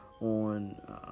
on